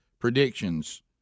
Predictions